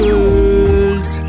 Girls